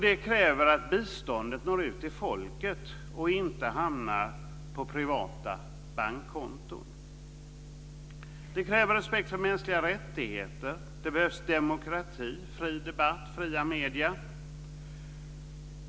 Det kräver att biståndet når ut till folket och inte hamnar på privata bankkonton. Det kräver respekt för mänskliga rättigheter. Det krävs demokrati, fri debatt, fria medier.